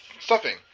stuffing